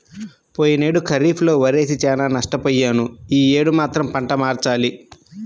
పోయినేడు ఖరీఫ్ లో వరేసి చానా నష్టపొయ్యాను యీ యేడు మాత్రం పంట మార్చాలి